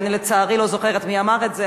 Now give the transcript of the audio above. ואני לצערי לא זוכרת מי אמר את זה,